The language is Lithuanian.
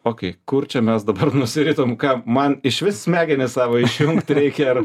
okei kur čia mes dabar nusiritom ką man išvis smegenis savo išjungti reikia ar